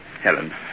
Helen